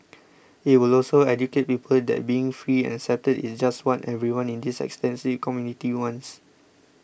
it will also educate people that being free and accepted is just what everyone in this extensive community wants